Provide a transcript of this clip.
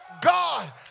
God